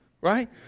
right